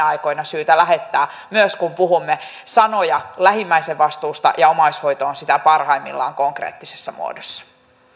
aikoina syytä lähettää myös kun puhumme sanoja lähimmäisen vastuusta omaishoito on sitä parhaimmillaan konkreettisessa muodossa